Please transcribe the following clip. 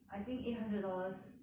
I think eight hundred dollars